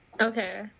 Okay